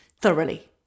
thoroughly